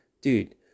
dude